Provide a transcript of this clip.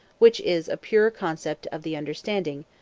which is a pure concept of the understanding,